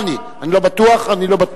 כמדומני, אני לא בטוח, אני לא בטוח,